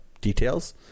details